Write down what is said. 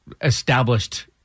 established